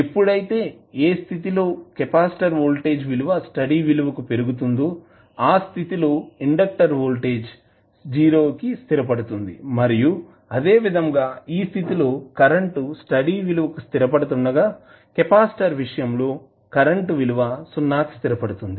ఎప్పుడైతే ఏ స్థితిలో కెపాసిటర్ వోల్టేజ్ విలువ స్టడీ స్టేట్ విలువకు పెరుగుతుందో ఆ స్థితి లో ఇండక్టర్ వోల్టేజ్ 0 కి స్థిరపడుతోంది మరియు అదేవిధంగా ఈ స్థితి లో కరెంట్ స్టడీ స్టేట్ విలువకు స్థిరపడుతుండగా కెపాసిటర్ విషయంలో కరెంటు విలువ 0 కి స్థిరపడుతుంది